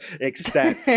extent